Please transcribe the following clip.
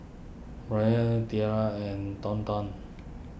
Braelyn Tatia and Thornton